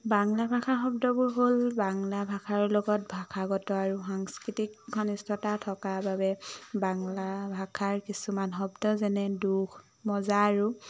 বাংলা ভাষা শব্দবোৰ হ'ল বাংলা ভাষাৰ লগত ভাষাগত আৰু সাংস্কৃতিক ঘনিষ্ঠতা থকাৰ বাবে বাংলা ভাষাৰ কিছুমান শব্দ যেনে দুখ মজা আৰু